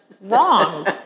wrong